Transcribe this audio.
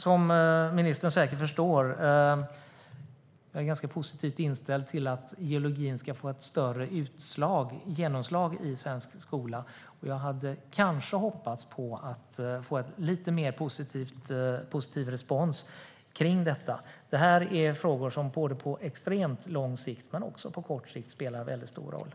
Som ministern säkert förstår är jag positivt inställd till att geologin ska få ett större genomslag i svensk skola. Jag hade hoppats på att få lite mer positiv respons. Det här är frågor som på både extremt lång sikt och kort sikt spelar stor roll.